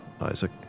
Isaac